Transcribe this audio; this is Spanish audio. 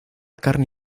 carne